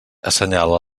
assenyala